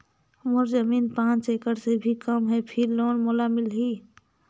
मोर जमीन पांच एकड़ से भी कम है फिर लोन मोला मिलही?